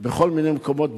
בכל מיני מקומות בארץ.